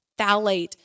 phthalate